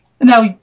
Now